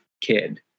kid